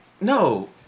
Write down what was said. No